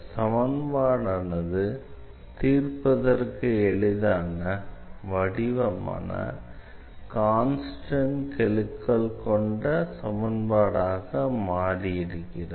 சமன்பாடானது தீர்ப்பதற்கு எளிதான வடிவமான கான்ஸ்டண்ட் கெழுக்கள் மட்டும் கொண்ட சமன்பாடாக மாறி இருக்கிறது